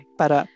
para